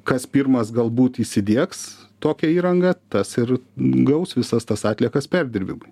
kas pirmas galbūt įsidiegs tokią įrangą tas ir gaus visas tas atliekas perdirbimui